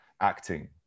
acting